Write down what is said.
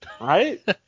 Right